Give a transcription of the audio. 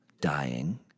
dying